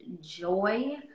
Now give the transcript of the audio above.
joy